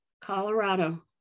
Colorado